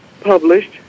published